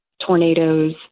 tornadoes